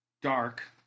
dark